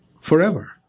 forever